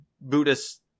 Buddhist